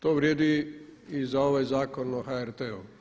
To vrijedi i za ovaj Zakon o HRT-u.